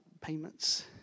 payments